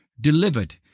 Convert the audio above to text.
delivered